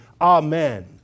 amen